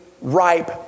ripe